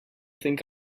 think